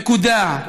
נקודה.